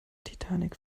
titanic